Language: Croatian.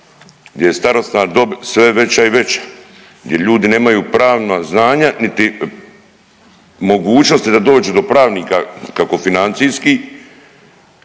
gdje je starosna dob sve veća i veća gdje ljudi nemaju pravna znanja niti mogućnosti da dođu do pravnika kako financijski,